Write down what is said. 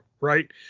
Right